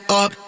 up